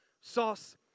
sauce